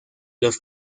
los